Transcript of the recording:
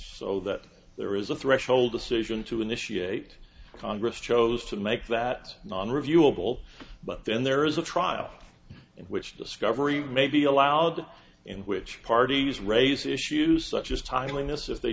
so that there is a threshold decision to initiate congress chose to make that non reviewable but then there is a trial in which discovery may be allowed in which parties raise issues such as timeliness if they